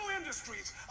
industries